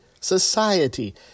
society